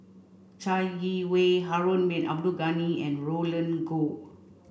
Chai Yee Wei Harun bin Abdul Ghani and Roland Goh